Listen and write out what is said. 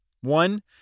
One